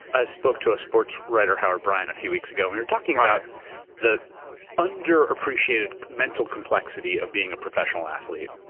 i spoke to a sports writer, howard bryant, a few weeks ago, and we were talking about the underappreciated mental complexity of being a professional athlete.